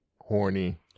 horny